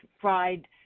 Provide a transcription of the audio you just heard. fried